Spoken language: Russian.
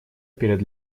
перед